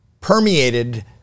permeated